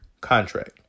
contract